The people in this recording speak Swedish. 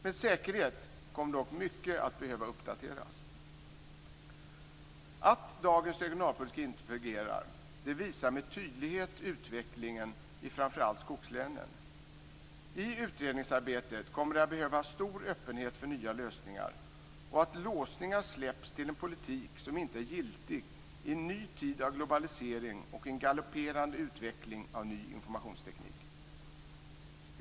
Med säkerhet kommer dock mycket att materialet att behöva uppdateras. Att dagens regionalpolitik inte fungerar visar med tydlighet utvecklingen i framför allt skogslänen. I utredningsarbetet kommer det att behövas stor öppenhet för nya lösningar, och det är nödvändigt att man släpper låsningar till en politik som inte är giltig i en ny tid av globalisering och en galopperande utveckling av ny informationsteknik.